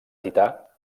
tità